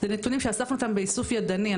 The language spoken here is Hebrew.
נתונים שאספנו באופן ידני,